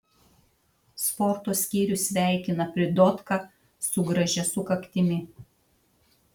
sporto skyrius sveikina pridotką su gražia sukaktimi